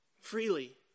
freely